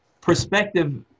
perspective